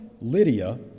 Lydia